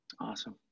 Awesome